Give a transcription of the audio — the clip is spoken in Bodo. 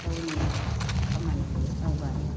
गावनि खामानिखो दावगानो